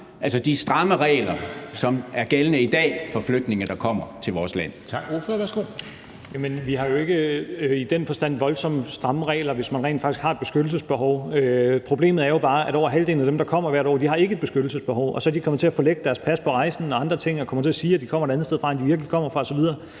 Dam Kristensen): Tak. Ordføreren, værsgo. Kl. 13:46 Rasmus Stoklund (S): Jamen vi har jo ikke i den forstand voldsomt stramme regler, hvis man rent faktisk har et beskyttelsesbehov. Problemet er jo bare, at over halvdelen af dem, der kommer hvert år, ikke har et beskyttelsesbehov – og så er de kommet til at forlægge deres pas på rejsen og andre ting og er kommet til at sige, at de kommer et andet sted fra, end de virkelig kommer fra osv.